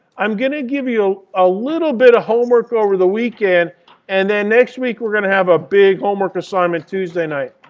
i'm going to give you a little bit of homework over the weekend and then next week we're going to have a big homework assignment tuesday night.